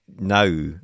now